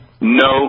No